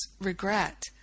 regret